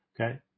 okay